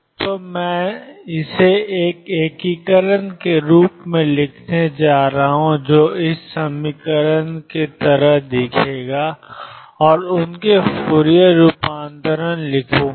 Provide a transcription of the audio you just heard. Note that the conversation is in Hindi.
तो मैं इसे एकीकरण के रूप में लिखने जा रहा हूं ∞ dx xψ और उनके फूरियर रूपांतरण लिखूंगा